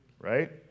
right